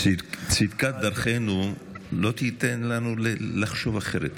צדקת דרכנו לא תיתן לנו לחשוב אחרת.